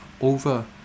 over